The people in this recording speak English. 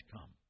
come